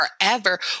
forever